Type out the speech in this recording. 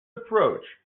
approach